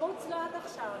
חמוץ לו עד עכשיו.